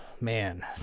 man